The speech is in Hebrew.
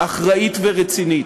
אחראית ורצינית.